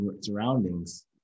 surroundings